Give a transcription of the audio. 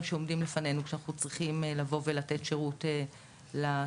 שעומדים לפנינו כשאנחנו צריכים לבוא ולתת שירות לתושבים.